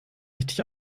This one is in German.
richtig